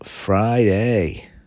Friday